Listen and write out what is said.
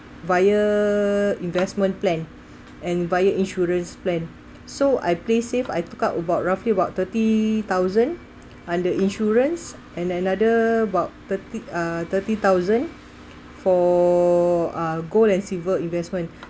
via investment plan and via insurance plan so I play safe I took out about roughly about thirty thousand under insurance and another about thirty uh thirty thousand for uh gold and silver investment